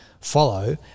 follow